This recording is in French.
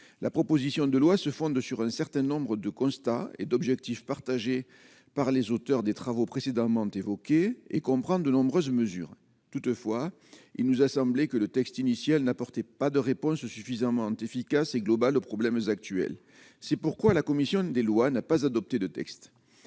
la proposition de loi se fonde sur un certain nombre de constats et d'objectifs partagés par les auteurs des travaux précédemment évoquées et comprend de nombreuses mesures toutefois, il nous a semblé que le texte initial n'apportait pas de réponse suffisamment efficace et globale aux problèmes actuels, c'est pourquoi la commission des lois n'a pas adopté de texte,